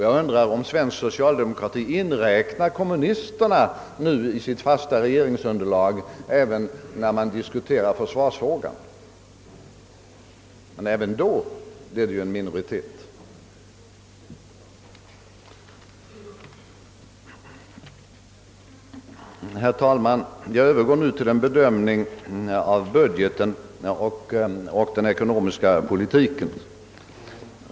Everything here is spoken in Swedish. Jag undrar om socialdemokraterna nu inräknar kommunisterna i sitt fasta regeringsunderlag även när de diskuterar försvarsfrågan. Även i så fall representerar de dock en minoritet. Herr talman! Jag övergår nu till en bedömning av budgeten och den ekonomiska politiken.